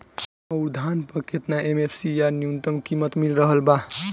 गेहूं अउर धान पर केतना एम.एफ.सी या न्यूनतम कीमत मिल रहल बा?